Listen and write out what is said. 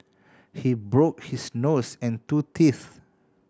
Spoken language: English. he broke his nose and two teeth